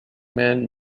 man